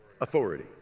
authority